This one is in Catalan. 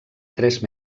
tres